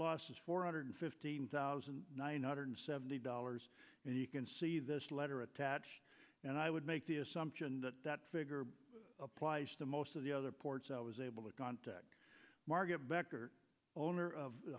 loss is four hundred fifteen thousand nine hundred seventy dollars and you can see this letter tach and i would make the assumption that that figure applies to most of the other ports i was able to contact margaret becker owner of the